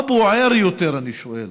מה בוער יותר, אני שואל: